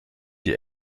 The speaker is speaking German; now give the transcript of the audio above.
die